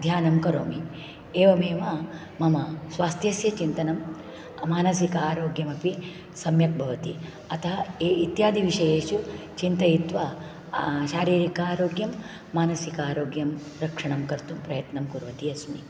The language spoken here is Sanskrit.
ध्यानं करोमि एवमेव मम स्वास्थ्यस्य चिन्तनं मानसिक आरोग्यमपि सम्यक् भवति अतः इत्यादि विषयेषु चिन्तयित्वा शारीरक आरोग्यं मानसिक आरोग्यं रक्षणं कर्तुं प्रयत्नं कुर्वती अस्मि